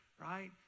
right